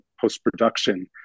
post-production